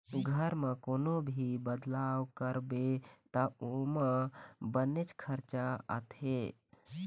घर म कोनो भी बदलाव करबे त ओमा बनेच खरचा आथे